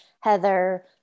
Heather